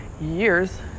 years